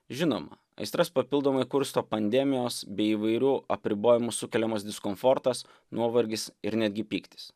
žinoma aistras papildomai kursto pandemijos bei įvairių apribojimų sukeliamas diskomfortas nuovargis ir netgi pyktis